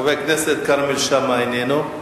חבר הכנסת כרמל שאמה, איננו.